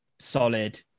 solid